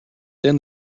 then